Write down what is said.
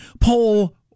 poll